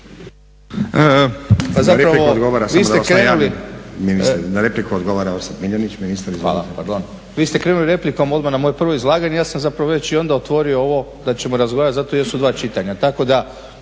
Na repliku odgovara Orsat Miljenić, ministar. Izvolite. **Miljenić, Orsat** Hvala. Vi ste krenuli replikom odmah na moje prvo izlaganje i ja sam zapravo već i onda otvorio ovo da ćemo razgovarati zato jer su dva čitanja.